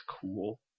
cool